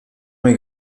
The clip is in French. est